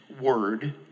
word